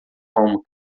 home